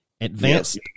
Advanced